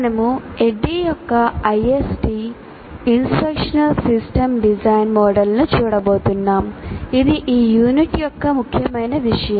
మనము ADDIE యొక్క ISD instructional system design మోడల్ను చూడబోతున్నాము ఇది ఈ యూనిట్ యొక్క ముఖ్యమైన విషయం